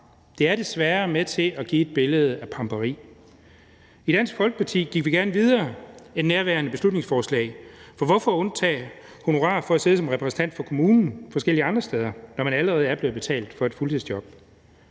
Det er desværre med til at give et billede af pamperi. I Dansk Folkeparti gik vi gerne videre end nærværende beslutningsforslag, for hvorfor undtage honorar for at sidde som repræsentant for kommunen forskellige andre steder, når man allerede er blevet betalt for et fuldtidsjob?